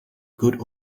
good